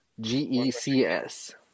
G-E-C-S